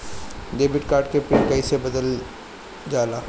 Debit card के pin कईसे बदलल जाला?